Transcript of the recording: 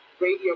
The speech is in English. Radio